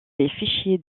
fichiers